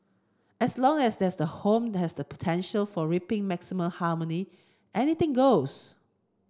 as long as the home has the potential for reaping maximum harmony anything goes